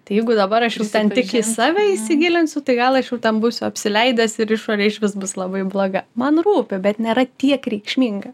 tai jeigu dabar aš jau ten tik į save įsigilinsiu tai gal aš jau ten būsiu apsileidęs ir išorė išvis bus labai bloga man rūpi bet nėra tiek reikšminga